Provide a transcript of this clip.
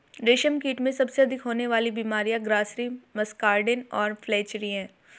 रेशमकीट में सबसे अधिक होने वाली बीमारियां ग्रासरी, मस्कार्डिन और फ्लैचेरी हैं